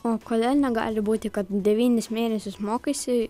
o kodėl negali būti kad devynis mėnesius mokaisi